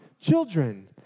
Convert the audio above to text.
children